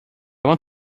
want